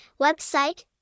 website